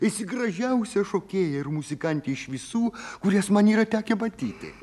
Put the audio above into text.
esi gražiausia šokėja ir muzikantė iš visų kurias man yra tekę matyti